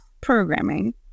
programming